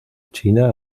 china